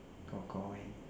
Kor-Kor eh